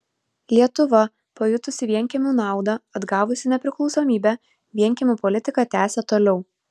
lietuva pajutusi vienkiemių naudą atgavusi nepriklausomybę vienkiemių politiką tęsė toliau